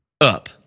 up